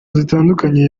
zitandukanye